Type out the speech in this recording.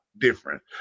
different